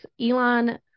Elon